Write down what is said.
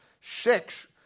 six